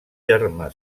germà